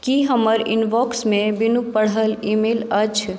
की हमर इनबॉक्समे बिनु पढ़ल ई मेल अछि